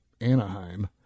Anaheim